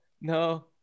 No